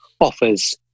offers